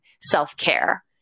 self-care